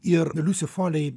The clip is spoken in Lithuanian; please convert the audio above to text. ir liusi folei